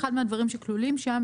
אחד מהדברים שכלולים שם,